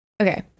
okay